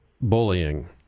bullying